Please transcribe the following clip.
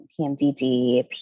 PMDD